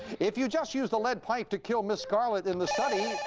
if you just used the lead pipe to kill ms. scarlet in the study.